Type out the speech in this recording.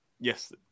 yes